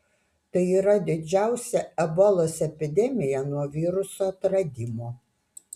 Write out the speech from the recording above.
tai yra didžiausia ebolos epidemija nuo viruso atradimo